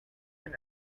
and